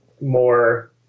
more